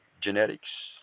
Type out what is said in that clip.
genetics